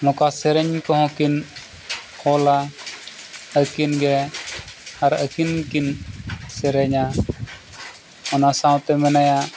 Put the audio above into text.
ᱱᱚᱝᱠᱟ ᱥᱮᱨᱮᱧ ᱠᱚᱦᱚᱸ ᱠᱤᱱ ᱚᱞᱟ ᱟᱹᱠᱤᱱ ᱜᱮ ᱟᱨ ᱟᱹᱠᱤᱱ ᱠᱤᱱ ᱥᱮᱨᱮᱧᱟ ᱚᱱᱟ ᱥᱟᱶᱛᱮ ᱢᱮᱱᱟᱭᱟ